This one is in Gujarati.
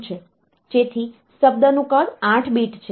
તેથી શબ્દનું કદ 8 bit છે